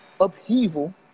upheaval